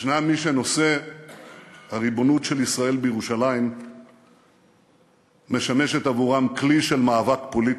יש מי שנושא הריבונות של ישראל בירושלים משמש עבורם כלי של מאבק פוליטי.